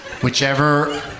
Whichever